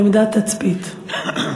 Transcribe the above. בעמדת תצפית.